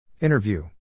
Interview